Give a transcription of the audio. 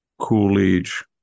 Coolidge